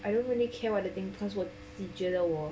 I don't really care what they think cause 我积极觉得我